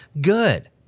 Good